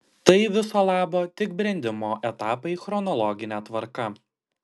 tai viso labo tik brendimo etapai chronologine tvarka